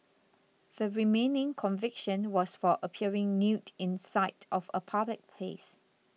the remaining conviction was for appearing nude in sight of a public place